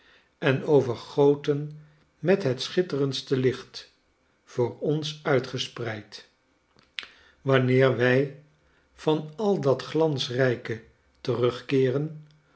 en overgoten met het schitterendste licht voor ons uitgespreid wanneer wij van al dat glansrijke terugkeeren